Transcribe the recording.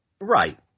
Right